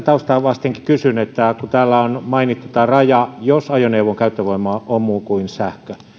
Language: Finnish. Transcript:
taustaa vastenkin kysyn siitä kun täällä on mainittu tämä raja jos ajoneuvon käyttövoima on muu kuin sähkö